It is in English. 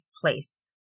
place